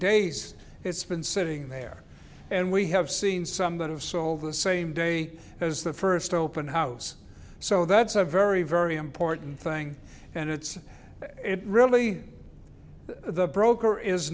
days it's been sitting there and we have seen some that have sold the same day as the first open house so that's a very very important thing and it's really the broker is